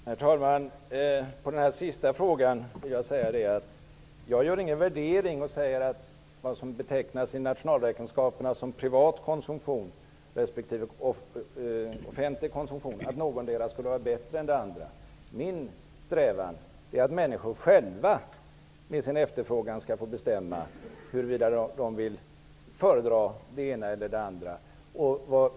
Herr talman! På den sista frågan vill jag svara att jag inte gör någon värdering och säger beträffande vad som i nationalräkenskaperna betecknas såsom privat konsumtion resp. offentlig konsumtion att det ena skulle vara bättre än det andra. Min strävan är att människorna själva med sin efterfrågan skall få bestämma huruvida de föredrar det ena eller det andra.